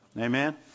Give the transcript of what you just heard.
Amen